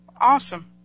Awesome